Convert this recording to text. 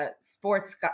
Sports